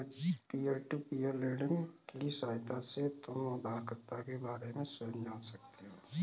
peer to peer lending की सहायता से तुम उधारकर्ता के बारे में स्वयं जान सकते हो